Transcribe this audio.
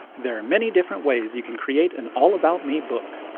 there are many different ways you can create an all about me book.